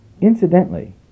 Incidentally